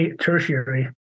tertiary